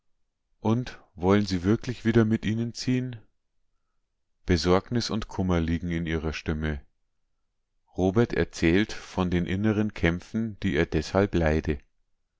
und wollen sie wirklich wieder mit ihnen ziehn besorgnis und kummer liegen in ihrer stimme robert erzählt von den inneren kämpfen die er deshalb leide